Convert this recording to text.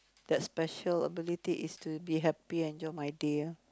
the special ability is to be happy and enjoy my day ah